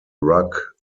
ruck